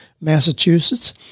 Massachusetts